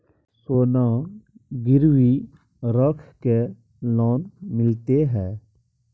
सोना गिरवी रख के लोन मिलते है?